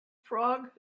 frog